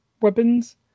weapons